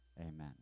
Amen